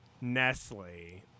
Nestle